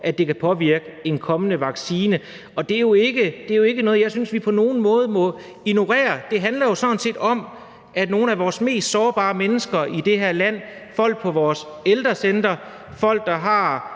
at det kan påvirke effekten af en kommende vaccine. Det er jo ikke noget, som jeg på nogen måde synes vi må ignorere. Det handler jo sådan set om nogle af vores mest sårbare mennesker i det her land, folk på vores ældrecentre, folk, der har